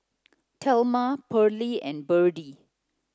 Thelma Parlee and Berdie